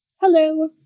hello